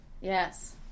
Yes